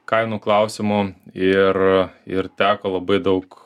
kainų klausimu ir ir teko labai daug